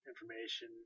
information